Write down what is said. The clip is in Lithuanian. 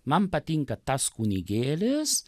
man patinka tas kunigėlis